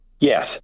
Yes